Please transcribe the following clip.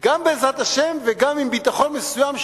גם בעזרת השם וגם עם ביטחון מסוים,